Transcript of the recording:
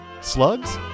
slugs